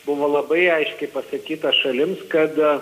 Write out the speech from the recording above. buvo labai aiškiai pasakyta šalims kada